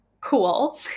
cool